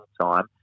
time